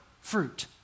fruit